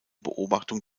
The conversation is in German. beobachtung